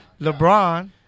LeBron